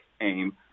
aim